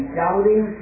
doubting